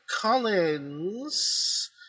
collins